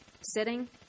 Sitting